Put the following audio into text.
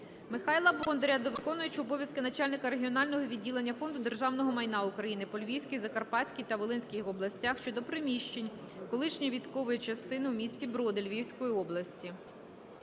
Михайла Бондаря до виконуючого обов'язки начальника регіонального відділення Фонду державного майна України по Львівській, Закарпатській та Волинській областях щодо приміщень колишньої військової частини у місті Броди Львівської області.